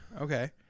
Okay